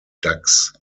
ducks